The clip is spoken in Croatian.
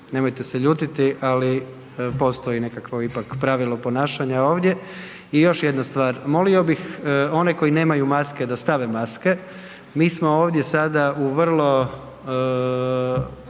nemojte se ljutiti ali postoji nekakvo ipak nekakvo pravilo ponašanja ovdje. I još jedna stvar, molio bih one koji nemaju maske da stave maske. Mi smo ovdje sada u vrlo